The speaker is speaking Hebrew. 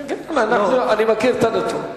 אני מכיר את הנתון.